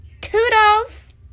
Toodles